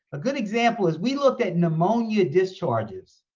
ah good example is we looked at pneumonia discharges.